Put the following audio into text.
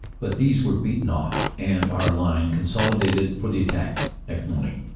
but these were beaten off and our line consolidated for the attack next morning.